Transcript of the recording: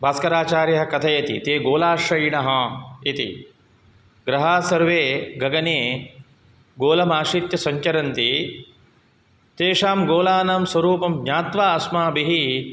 भास्कराचार्यः कथयति ते गोलाश्रयिणः इति ग्रहास्सर्वे गगने गोलमाश्रित्य सञ्चरन्ति तेषां गोलानां स्वरूपं ज्ञात्वा अस्माभिः